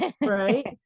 Right